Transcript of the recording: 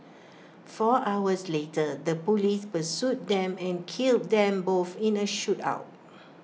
four hours later the Police pursued them and killed them both in A shootout